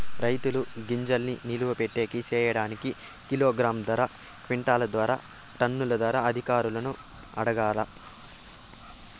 రైతుల గింజల్ని నిలువ పెట్టేకి సేయడానికి కిలోగ్రామ్ ధర, క్వింటాలు ధర, టన్నుల ధరలు అధికారులను అడగాలా?